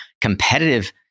competitive